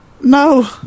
No